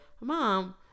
Mom